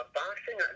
boxing